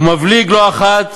ומבליג לא אחת